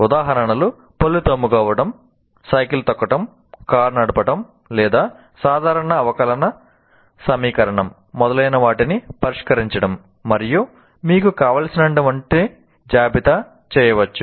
ఉదాహరణలు పళ్ళు తోముకోవడం సైకిల్ తొక్కడం కారు నడపడం లేదా సాధారణ అవకలన సమీకరణం మొదలైనవాటిని పరిష్కరించడం మరియు మీకు కావలసినన్నింటిని జాబితా చేయవచ్చు